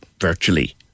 virtually